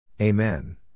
Amen